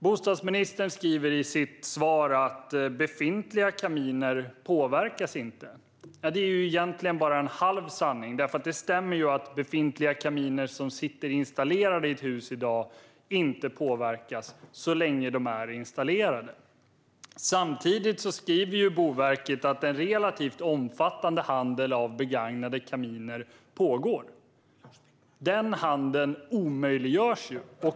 Bostadsministern säger i sitt svar att befintliga kaminer inte påverkas. Detta är egentligen bara en halv sanning. Det stämmer att befintliga kaminer som i dag sitter installerade i ett hus inte påverkas, så länge de är installerade. Samtidigt skriver Boverket att en relativt omfattande handel med begagnade kaminer pågår. Den handeln omöjliggörs.